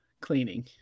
cleaning